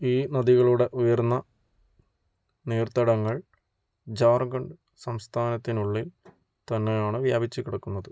ഈ നദികളുടെ ഉയർന്ന നീർത്തടങ്ങൾ ജാർഖണ്ഡ് സംസ്ഥാനത്തിന് ഉള്ളിൽ തന്നെയാണ് വ്യാപിച്ചു കിടക്കുന്നത്